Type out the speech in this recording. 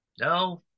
no